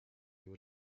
you